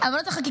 זה לא פיקוח,